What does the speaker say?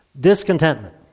Discontentment